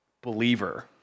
believer